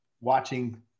watching